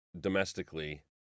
domestically